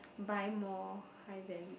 buy more high value